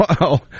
wow